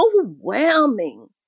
overwhelming